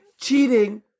cheating